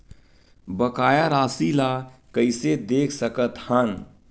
बकाया राशि ला कइसे देख सकत हान?